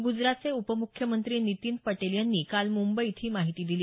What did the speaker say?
गुजरातचे उपमुख्यमंत्री नितीन पटेल यांनी काल मुंबईत ही माहिती दिली